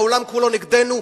העולם כולו נגדנו,